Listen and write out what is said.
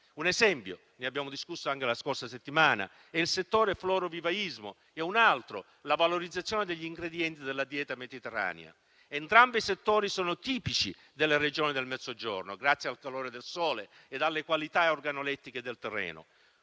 Un esempio, del quale abbiamo discusso anche la scorsa settimana, è il settore florovivaistico; un altro è la valorizzazione degli ingredienti della dieta mediterranea. Entrambi i settori sono tipici delle Regioni del Mezzogiorno, grazie al calore del sole e alle qualità organolettiche di terreno.